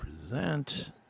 present